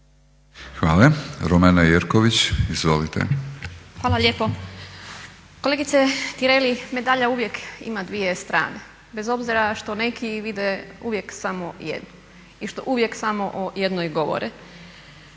Romana (SDP)** Hvala lijepo. Kolegice Tireli medalja uvijek ima dvije strane, bez obzira što neki vide uvijek samo jednu i što uvijek samo o jednoj govore.